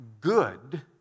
good